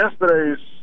yesterday's